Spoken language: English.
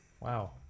Wow